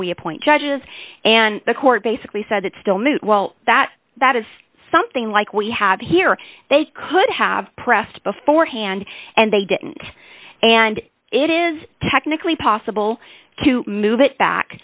we appoint judges and the court basically said it's still new well that that is something like we have here they could have pressed beforehand and they didn't and it is technically possible to move it back